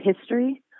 history